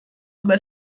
aber